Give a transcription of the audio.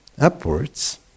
upwards